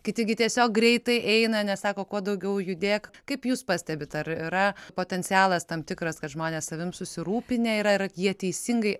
kiti gi tiesiog greitai eina nes sako kuo daugiau judėk kaip jūs pastebit ar yra potencialas tam tikras kad žmonės savim susirūpinę yra ar jie teisingai